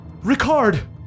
Ricard